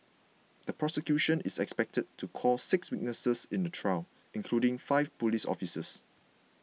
the prosecution is expected to call six witnesses in the trial including five police officers